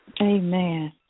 amen